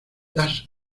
las